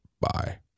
Bye